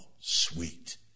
sweet